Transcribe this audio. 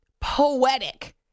Poetic